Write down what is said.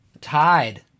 tied